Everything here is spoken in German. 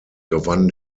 gewann